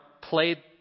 played